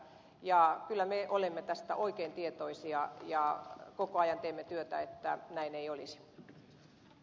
kyllä me olemme tästä oikein tietoisia ja koko ajan teemme työtä että näin ei olis s